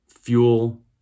fuel